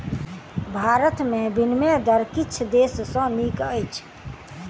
भारत में विनिमय दर किछ देश सॅ नीक अछि